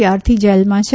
ત્યારથી જેલમાં છે